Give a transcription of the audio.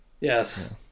yes